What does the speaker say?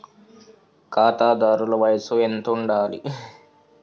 ఖాతాదారుల వయసు ఎంతుండాలి?